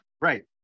Right